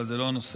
אבל זה לא הנושא.